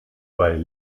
weil